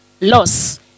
loss